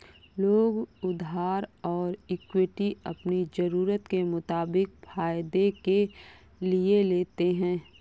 लोग उधार और इक्विटी अपनी ज़रूरत के मुताबिक फायदे के लिए लेते है